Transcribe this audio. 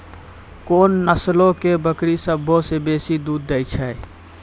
कोन नस्लो के बकरी सभ्भे से बेसी दूध दै छै?